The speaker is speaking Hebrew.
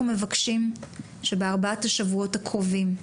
אנחנו מבקשים שבארבעת השבועות הקרובים,